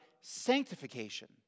sanctification